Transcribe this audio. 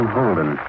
Holden